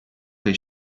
che